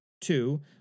Two